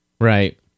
right